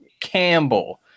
Campbell